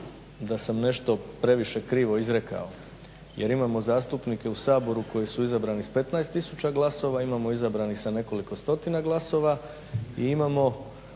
da sam nešto previše krvio izrekao jer imamo zastupnike u Saboru koji su izabrani sa 15 tisuća glasova, imamo izabranih sa nekoliko stotina glasova i imamo